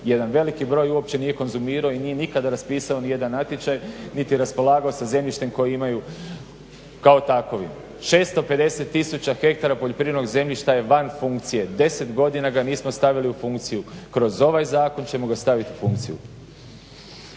jedan veliki broj uopće nije konzumirao i nije nikada raspisao nijedan natječaj niti raspolagao sa zemljištem koje imaju kao takvi. 650 tisuća hektara poljoprivrednog zemljišta je van funkcije, 10 godina ga nismo stavili u funkciju. Kroz ovaj zakon ćemo ga staviti u funkciju.